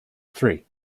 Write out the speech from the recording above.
three